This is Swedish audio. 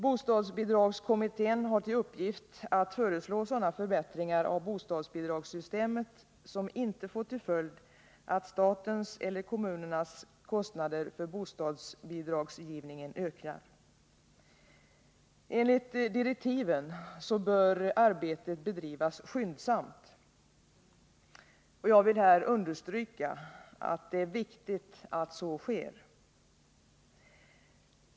Bostadsbidragskommittén har till uppgift att föreslå sådana förbättringar av bostadsbidragssystemet som inte får till följd att statens eller kommunernas kostnader för bostadsbidragsgivningen ökar. Enligt direktiven bör arbetet bedrivas skyndsamt. Jag vill här understryka att det är viktigt att så sker.